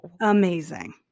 amazing